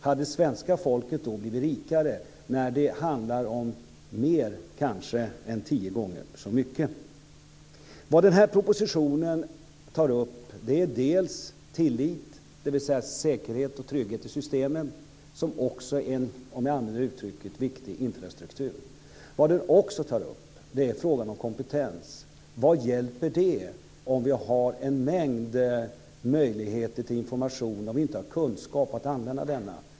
Hade svenska folket då blivit rikare, när det handlar om kanske mer än tio gånger så mycket? I den här propositionen tas tillit upp, dvs. säkerhet och trygghet i systemen. Det är också en viktig infrastruktur, om jag får använda det uttrycket. I propositionen tas också frågan om kompetens upp. Vad hjälper det att vi har en mängd möjligheter att få information om vi inte har kunskap att använda denna?